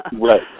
Right